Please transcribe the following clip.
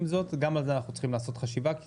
עם זאת, גם על זה אנחנו צריכים לעשות חשיבה כי